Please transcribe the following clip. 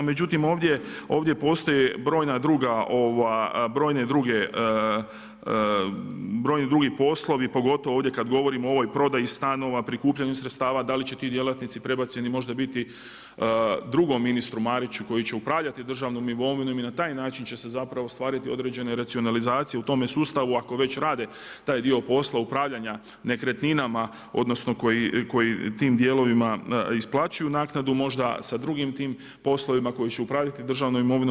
Međutim ovdje, ovdje postoje brojne druge, brojni drugi poslovi pogotovo ovdje kada govorimo o ovoj prodaji stanova, prikupljanju sredstava, da li će ti djelatnici prebačeni možda biti drugom ministru Mariću koji će upravljati državnom imovinom i na taj način će se zapravo ostvariti određene racionalizacije u tome sustavu ako već rade taj dio posla upravljanja nekretninama odnosno koji tim dijelovima isplaćuju naknadu možda sa drugim tim poslovima koji će upravljati državnom imovinom.